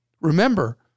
Remember